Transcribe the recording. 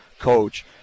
coach